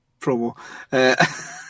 promo